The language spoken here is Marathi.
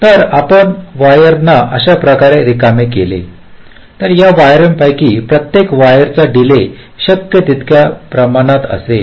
तर जर आपण वायर ना अशा प्रकारे रिकामे केले तर या वायरपैकी प्रत्येक वायरचा डीले शक्य तितक्या प्रमाणात असेल